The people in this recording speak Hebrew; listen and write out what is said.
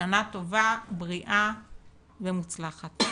שנה טובה בריאה ומוצלחת.